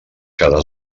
cada